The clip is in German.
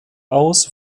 aus